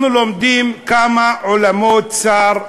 אנחנו לומדים כמה עולמו צר,